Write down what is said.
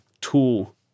tool